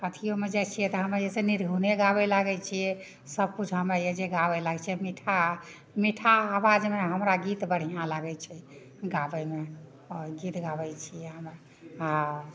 अथिओमे जाए छिए तऽ हमरा जइसे निर्गुणे गाबै लागै छिए सबकिछु हमरा एहिजे गाबै लागै छिए मीठा मीठा आवाजमे हमरा गीत बढ़िआँ लागै छै गाबैमे आओर गीत गाबै छिए हम आओर